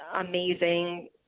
amazing